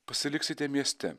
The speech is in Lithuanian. pasiliksite mieste